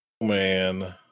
man